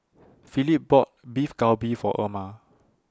Phillip bought Beef Galbi For Erma